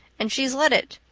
and she's let it.